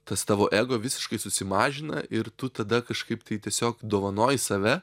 tas tavo ego visiškai susimažina ir tu tada kažkaip tai tiesiog dovanoji save